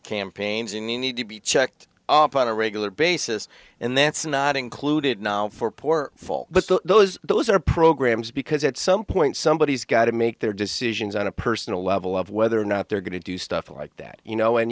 campaigns and you need to be checked on a regular basis and that's not included not for poor fall but those those are programs because at some point somebody has got to make their decisions on a personal level of whether or not they're going to do stuff like that you know and